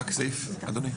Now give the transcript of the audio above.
אדוני,